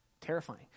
Terrifying